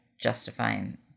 justifying